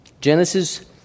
Genesis